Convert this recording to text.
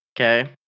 okay